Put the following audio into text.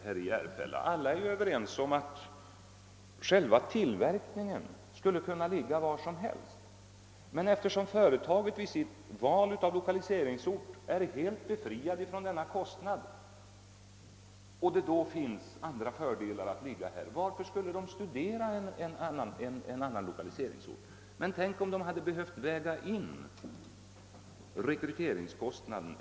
Därvidlag är väl alla överens om att tillverkningen i och för sig skulle kunna ske var som helst, men eftersom företaget vid sitt val av lokaliseringsort är helt befriat från den kostnad det här gäller och det finns en del andra fördelar med placering på Järvafältet, varför skulle då företaget ens reflektera på att förlägga verksamheten till annan ort? Men tänk om företaget i stället hade varit tvunget att väga in rekryteringskostnaderna.